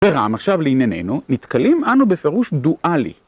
ברם עכשיו לעיניננו, נתקלים אנו בפירוש דואלי.